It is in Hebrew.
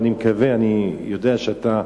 ואני מקווה, אני יודע שאתה,